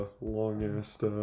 long-ass